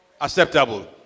acceptable